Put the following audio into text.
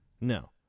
No